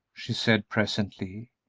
she said, presently,